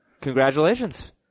Congratulations